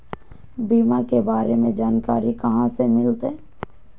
बीमा के बारे में जानकारी कहा से मिलते?